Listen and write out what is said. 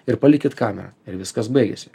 ir palikit kaime ir viskas baigėsi